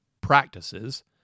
practices